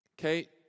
okay